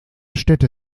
städte